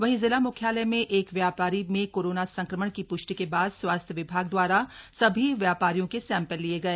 वहीं जिला म्ख्यालय में एक व्यापारी में कोरोना संक्रमण की प्ष्टि के बाद स्वास्थ्य विभाग द्वारा सभी व्यापारियों के सैम्पल लिए गए